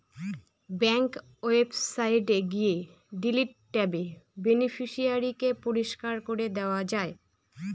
bank ওয়েবসাইটে গিয়ে delete ট্যাবে বেনিফিশিয়ারি কে পরিষ্কার করে দেওয়া যায়